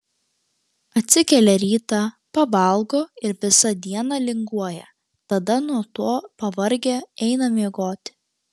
atsikelia rytą pavalgo ir visą dieną linguoja tada nuo to pavargę eina miegoti